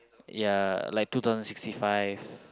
ya like two thousand sixty five